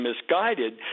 misguided